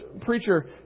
preacher